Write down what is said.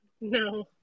No